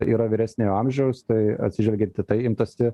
yra vyresnio amžiaus tai atsižvelgiant į tai imtasi